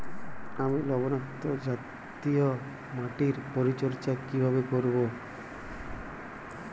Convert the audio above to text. আমি লবণাক্ত জাতীয় মাটির পরিচর্যা কিভাবে করব?